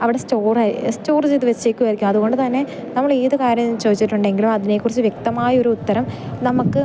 അവിടെ സ്റ്റോറായ് സ്റ്റോറ് ചെയ്ത് വെച്ചേക്കുവായിരിക്കും അത്കൊണ്ട് തന്നെ നമ്മൾ ഏത് കാര്യം ചോദിച്ചിട്ട് ഉണ്ടെങ്കിലും അതിനെ കുറിച്ച് വ്യക്തമായ ഒരുത്തരം നമുക്ക്